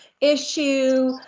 issue